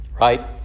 Right